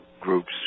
groups